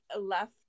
left